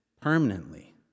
permanently